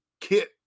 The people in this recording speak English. kit